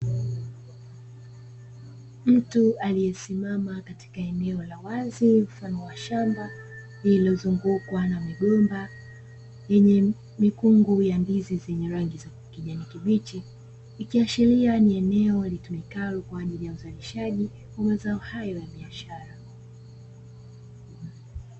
Mtu anayesimama katika eneo la wazi mfano wa shamba, lenye mikungu ya ndizi na sheria ni eneo likikalo kwa ajili ya uzalishaji wa mazao hayo ya biashara.